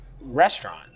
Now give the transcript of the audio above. restaurant